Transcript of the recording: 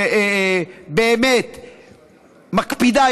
שבאמת מקפידה,